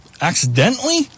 accidentally